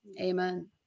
Amen